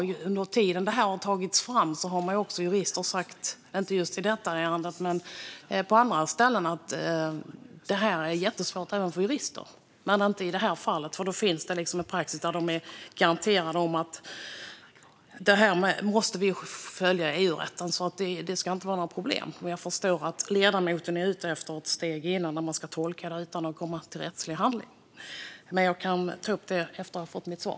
Men under den tid detta har tagits fram har jurister sagt - om än inte i just detta ärende men om andra saker - att det här är jättesvårt även för jurister. Men i det här fallet finns det ändå en praxis där man garanterat måste följa EU-rätten. Det ska alltså inte vara några problem. Jag förstår att ledamoten är ute efter ett steg tidigare, där man ska tolka det hela utan att komma fram till någon rättslig handling. Men jag kan ta upp det efter att ha fått mitt svar.